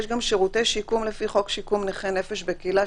יש גם שירותי שיקום לפי חוק שיקום נכי נפש בקהילה,